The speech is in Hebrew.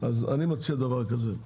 אני מציע דבר כזה: